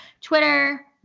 Twitter